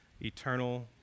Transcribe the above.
eternal